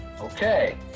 Okay